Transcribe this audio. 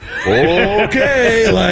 Okay